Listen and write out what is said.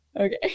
Okay